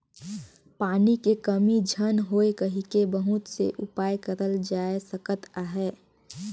पानी के कमी झन होए कहिके बहुत से उपाय करल जाए सकत अहे